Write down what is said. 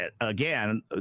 again